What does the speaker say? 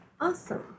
Awesome